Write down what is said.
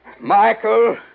Michael